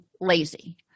lazy